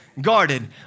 Guarded